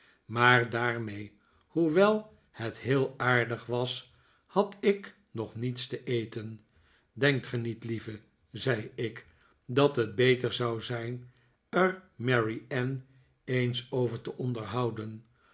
maar daarmee hoewel het heel aardig was had ik nog niets te eten denkt ge niet lieve zei ik dat het beter zou zijn er mary anne eens over te onderhouden